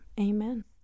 Amen